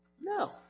No